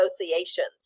associations